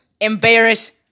embarrass